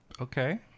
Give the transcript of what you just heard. okay